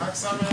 הישיבה ננעלה